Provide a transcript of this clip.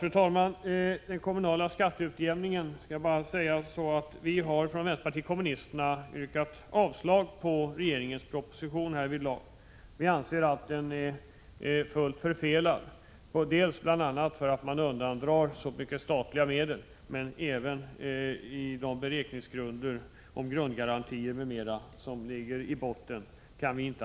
När det gäller den kommunala skatteutjämningen har vänsterpartiet kommunisterna yrkat avslag på regeringens proposition härvidlag. Vi anser att den är förfelad, bl.a. för att så mycket statliga medel undandras, men vi kan inte heller acceptera de beräkningar av grundgarantier m.m. som ligger i botten.